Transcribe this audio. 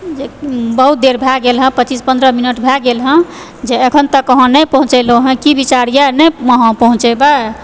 जे बहुत देर भए गेल हँ पच्चीस पन्द्रह मिनट भए गेल हँ जे अखन तक अहाँ नहि पहुँचलहुँ हँ की विचार यऽ नहि अहाँ पहुँचेबै